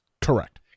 Correct